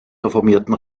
reformierten